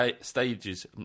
stages